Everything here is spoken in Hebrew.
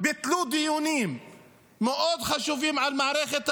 ביטלו דיונים מאוד חשובים על מערכת החינוך.